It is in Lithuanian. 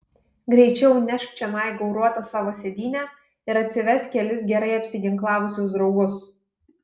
greičiau nešk čionai gauruotą savo sėdynę ir atsivesk kelis gerai apsiginklavusius draugus